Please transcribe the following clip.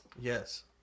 Yes